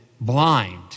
blind